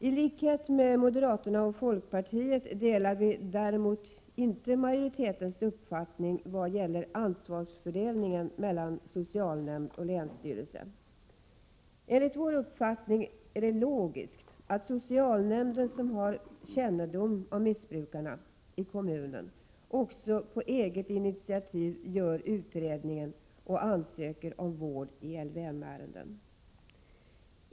I likhet med moderater och folkpartister delar vi däremot inte majoritetens uppfattning vad gäller ansvarsfördelningen mellan socialnämnd och länsstyrelse. Enligt vår uppfattning är det logiskt att socialnämnden, som har kännedom om missbrukarna i kommunen, på eget initiativ också gör utredningen och ansöker om vård i LVM-ärenden.